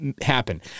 happen